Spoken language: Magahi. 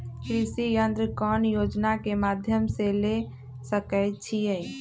कृषि यंत्र कौन योजना के माध्यम से ले सकैछिए?